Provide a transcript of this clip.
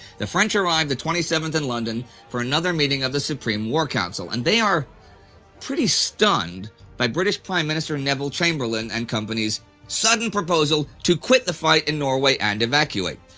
the french arrive the twenty seventh in london for another meeting of the supreme war council, and they are pretty stunned by british pm neville chamberlain and company's sudden proposal to quit the fight in norway and evacuate.